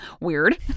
Weird